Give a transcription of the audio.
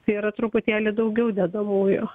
tai yra truputėlį daugiau dedamųjų